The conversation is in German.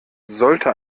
sollte